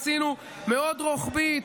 עשינו מאוד רוחבית,